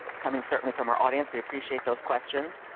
coming certainly from our audience, we appreciate those questions,